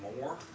more